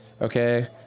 Okay